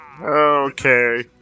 Okay